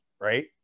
Right